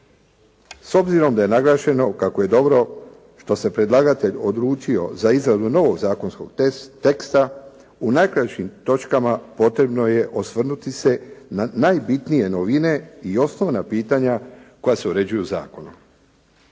S obzirom da je naglašeno kako je dobro što se predlagatelj odlučio za izradu novog zakonskog teksta u najkraćim točkama potrebno je osvrnuti se na najbitnije novine i osnovna pitanja koja se uređuju zakonom.